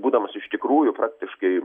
būdamas iš tikrųjų praktiškai